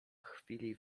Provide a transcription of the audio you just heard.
chwili